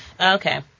Okay